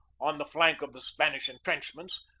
on the flank of the spanish intrenchments,